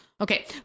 Okay